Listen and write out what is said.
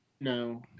no